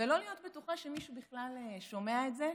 ולא להיות בטוחה שמישהו בכלל שומע את זה.